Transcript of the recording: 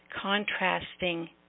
contrasting